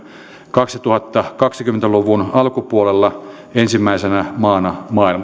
kaksituhattakaksikymmentä luvun alkupuolella ensimmäisenä maana maailmassa